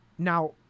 Now